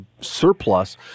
surplus